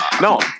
no